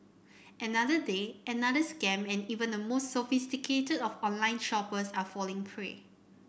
another day another scam and even the most sophisticated of online shoppers are falling prey